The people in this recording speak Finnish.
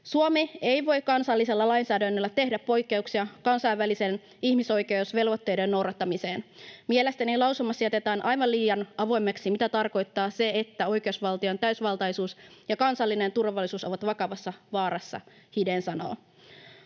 ”Suomi ei voi kansallisella lainsäädännöllä tehdä poikkeuksia kansainvälisten ihmisoikeusvelvoitteiden noudattamiseen. Mielestäni lausumassa jätetään aivan liian avoimeksi, mitä tarkoittaa se, että oikeusvaltion täysivaltaisuus ja kansallinen turvallisuus ovat vakavassa vaarassa”, Hidén sanoo.